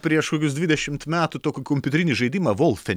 prieš kokius dvidešimt metų tokį kompiuterinį žaidimą volftein